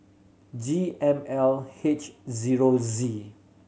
G M L H zero Z